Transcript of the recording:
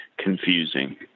confusing